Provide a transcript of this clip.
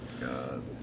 God